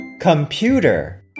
computer